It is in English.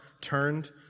turned